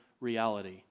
reality